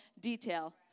detail